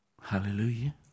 Hallelujah